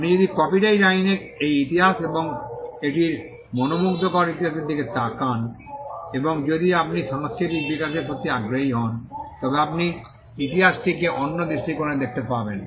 আপনি যদি কপিরাইট আইনের এই ইতিহাস এবং এটির মনোমুগ্ধকর ইতিহাসের দিকে তাকান এবং যদি আপনি সাংস্কৃতিক বিকাশের প্রতি আগ্রহী হন তবে আপনি ইতিহাসটিকে অন্য দৃষ্টিকোণে দেখতে পারেন